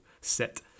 set